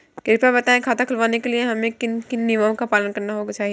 कृपया बताएँ खाता खुलवाने के लिए हमें किन किन नियमों का पालन करना चाहिए?